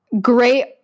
great